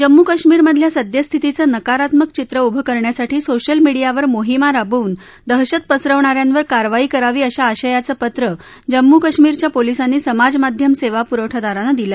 जम्मू कश्मीरमधल्या सद्यस्थितीचं नकारात्मक चित्र उभं करण्यासाठी सोशल मिडीयावर मोहिमा राबवून दहशत पसरविणा यांवर कारवाई करावी अशा आशयाचं पत्र जम्मू कश्मीरच्या पोलिसांनी समाज माध्यम सेवा पुरवठादारांना दिलं आहे